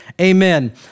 Amen